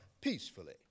peacefully